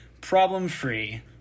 problem-free